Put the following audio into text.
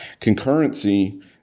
concurrency